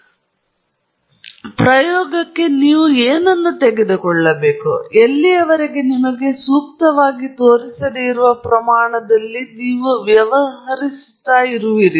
ಅದೇ ತತ್ತ್ವಶಾಸ್ತ್ರವು ಯಾವುದೇ ಪ್ರಯೋಗಕ್ಕೆ ನೀವು ಏನನ್ನು ತೆಗೆದುಕೊಳ್ಳಬೇಕು ನೀವು ಎಲ್ಲಿಯವರೆಗೆ ನಿಮಗೆ ಸೂಕ್ತವಾಗಿ ತೋರಿಸದೆ ಇರುವ ಪ್ರಮಾಣದಲ್ಲಿ ನೀವು ವ್ಯವಹರಿಸುತ್ತಿರುವಿರಿ